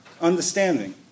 understanding